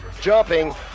jumping